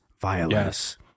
Violence